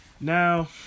Now